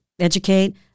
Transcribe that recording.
educate